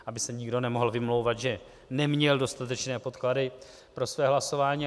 Aby se nikdo nemohl vymlouvat, že neměl dostatečné podklady pro své hlasování.